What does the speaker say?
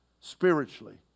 spiritually